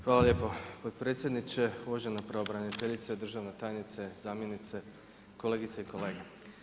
Hvala lijepo potpredsjedniče, uvažena pravobraniteljice, državna tajnice, zamjenice, kolegice i kolege.